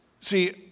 See